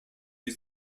use